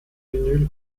vinyl